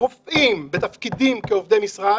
כעובדי משרד.